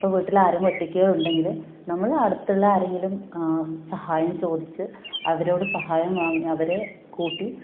ഇപ്പം വീട്ടിൽ ആരെങ്ങും ഒറ്റക്കേ ഉണ്ടങ്കിൽ നമ്മൾ അടുത്തുള്ള ആരെങ്കിലും സഹായം ചോദിച്ച് അവരോട് സഹായം വാങ്ങി അവരെ കൂട്ടി